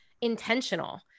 intentional